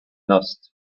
lost